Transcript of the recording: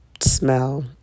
smell